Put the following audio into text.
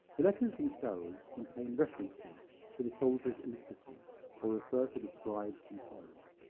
the letters themselves contain references to the soldiers illiteracy or refer to the scribes themselves.